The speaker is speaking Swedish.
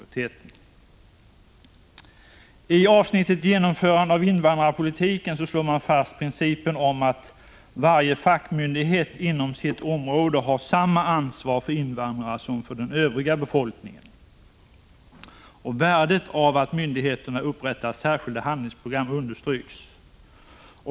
I avsnittet Genomförande av invandrarpolitiken slår man fast principen om att varje fackmyndighet inom sitt område har samma ansvar för invandrare som för den övriga befolkningen. Värdet av att myndigheterna upprättar särskilda handlingsprogram understryks.